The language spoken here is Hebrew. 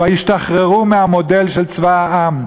כבר השתחררו מהמודל של צבא העם,